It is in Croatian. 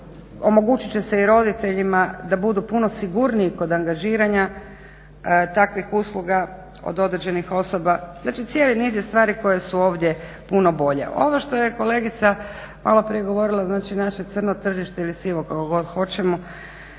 Omogućit će se i roditeljima da budu puno sigurniji kod angažiranja takvih usluga od određenih osoba, znači cijeli niz je stvari koje su ovdje puno bolje. Ovo što je kolegica malo prije govorila znači naše crno tržište ili sivo kako god hoćemo